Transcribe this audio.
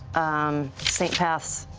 um saint paths.